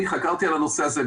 אני חקרתי את הנושא הזה.